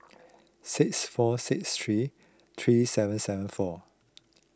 six four six three three seven seven four